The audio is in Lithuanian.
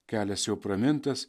kelias jau pramintas